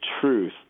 truth